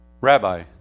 Rabbi